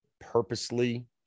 purposely